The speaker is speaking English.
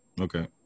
Okay